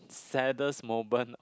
saddest moment